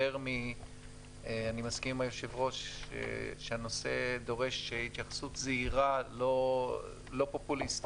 אני מסכים עם היושב-ראש שהנושא דורש התייחסות זהירה לא פופוליסטית.